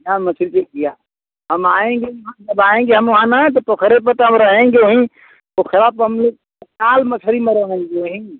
हाँ मछली किया हम आएँगे यहाँ जब आएँगे हम वहाँ ना तो पोखर पर तो हम रहेंगे ही पोखर पर हम लोग चार मछली मरवाएँगे ही